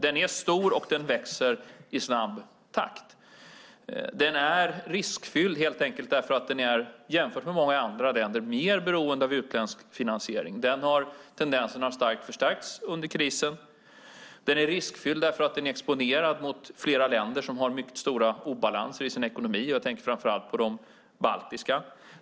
Den är stor, och den växer i snabb takt. Den är riskfylld helt enkelt därför att den jämfört med många andra länder är mer beroende av utländsk finansiering. Den tendensen har starkt förstärkts under krisen. Den är riskfylld därför att den är exponerad mot flera länder som har mycket stora obalanser i sin ekonomi. Jag tänker framför allt på de baltiska.